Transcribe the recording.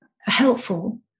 helpful